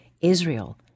Israel